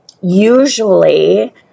usually